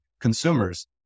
consumers